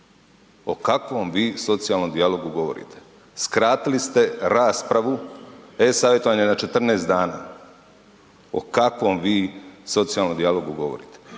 O kakvom vi socijalnom dijalogu govorite? Skratili ste raspravu e-savjetovanja na 14 dana, o kakvom vi socijalnom dijalogu govorite?